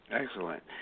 Excellent